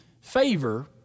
favor